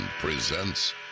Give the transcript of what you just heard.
presents